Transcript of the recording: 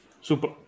Super